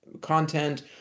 content